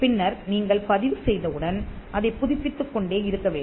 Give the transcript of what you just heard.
பின்னர் நீங்கள் பதிவு செய்தவுடன் அதைப் புதுப்பித்துக்கொண்டே இருக்கவேண்டும்